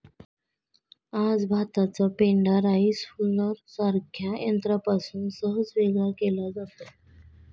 आज भाताचा पेंढा राईस हुलरसारख्या यंत्रापासून सहज वेगळा केला जातो